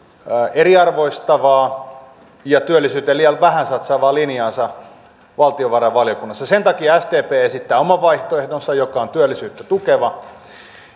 eriarvoistavaa ja työllisyyteen liian vähän satsaavaa linjaansa valtiovarainvaliokunnassa sen takia sdp esittää oman vaihtoehtonsa joka on työllisyyttä tukeva